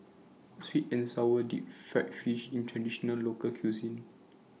Sweet and Sour Deep Fried Fish IS A Traditional Local Cuisine